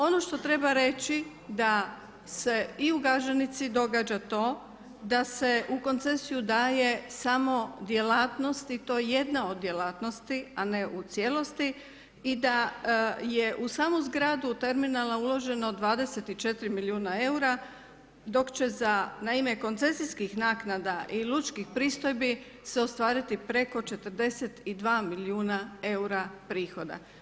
Ono što treba reći da se i u Gaženici događa to, da se u koncesiju daju samo djelatnosti i to jedna od djelatnosti a ne u cijelosti i da je u samu zgradu terminala uloženo 24 milijuna eura dok će za naime koncesijskih naknada i lučkih pristojbi se ostvariti preko 42 milijuna eura prihoda.